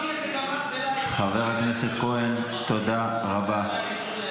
חבר הכנסת כהן, תודה רבה.